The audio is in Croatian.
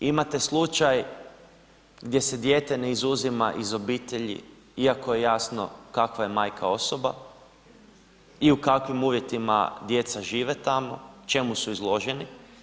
Imate slučaj gdje se dijete ne izuzima iz obitelji iako je jasno kakva je majka osoba i u kakvim uvjetima djeca žive tamo, čemu su izloženi.